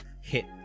hit